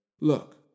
look